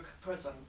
prison